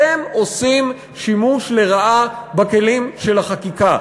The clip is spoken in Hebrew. אתם עושים שימוש לרעה בכלים של החקיקה,